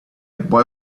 boy